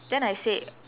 then I say